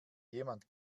jemand